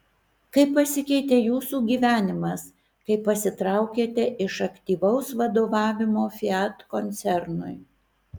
kaip pasikeitė jūsų gyvenimas kai pasitraukėte iš aktyvaus vadovavimo fiat koncernui